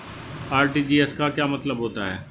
RTGS का क्या मतलब होता है?